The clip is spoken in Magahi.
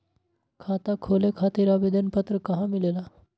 खाता खोले खातीर आवेदन पत्र कहा मिलेला?